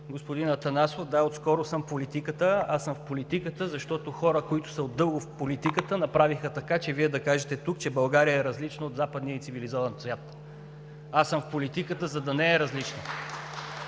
Господин Атанасов, да, отскоро съм в политиката, а съм в политиката, защото хора, които са от дълго в политиката направиха така, че Вие да кажете тук, че България е различна от западния и цивилизован свят. (Ръкопляскания от „БСП за